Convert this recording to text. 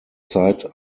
zeit